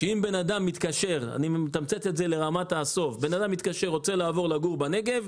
אם בן אדם מתקשר ורוצה לעבור לגור בנגב,